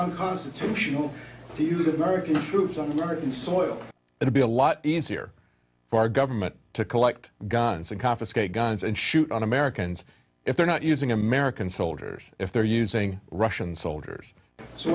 unconstitutional to use american troops on american soil and be a lot easier for our government to collect guns and confiscate guns and shoot on americans if they're not using american soldiers if they're using russian soldiers so